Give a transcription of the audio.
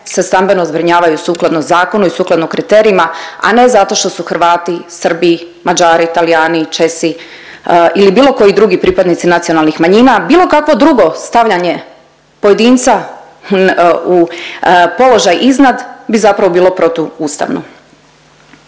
se stambeno zbrinjavaju sukladno zakonu i sukladno kriterijima, a ne zato što su Hrvati, Srbi, Mađari, Talijani, Česi ili bilo koji drugi pripadnici nacionalnih manjina, bilo kakvo drugo stavljanje pojedinca u položaj iznad bi zapravo bilo protuustavno.